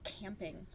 camping